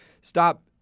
stop